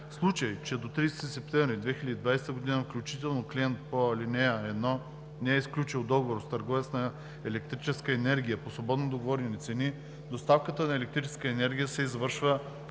случай че до 30 септември 2020 г. включително клиент по ал. 1 не е сключил договор с търговец на електрическа енергия по свободно договорени цени, доставката на електрическа енергия се извършва от